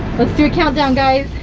let's do a countdown guys.